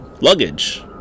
luggage